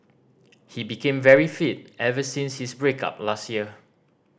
he became very fit ever since his break up last year